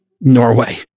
Norway